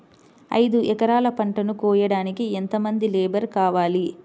ఐదు ఎకరాల పంటను కోయడానికి యెంత మంది లేబరు కావాలి?